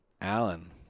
Alan